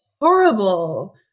horrible